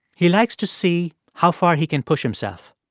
he likes to see how far he can push himself.